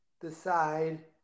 decide